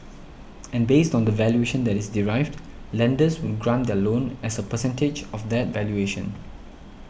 and based on the valuation that is derived lenders would grant their loan as a percentage of that valuation